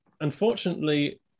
unfortunately